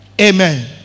Amen